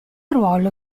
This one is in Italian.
ruolo